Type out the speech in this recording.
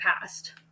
past